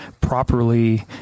properly